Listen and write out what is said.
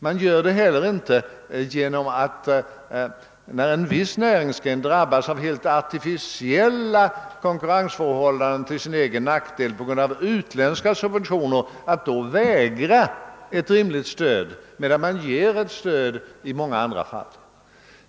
Man gör det inte heller genom att, när en viss näringsgren drabbas av helt artificiella konkurrensförhållanden till sin egen nackdel på grund av utländska subventioner, vägra ett rimligt stöd, medan man ger ett stöd i många andra fall.